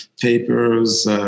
papers